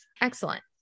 Excellent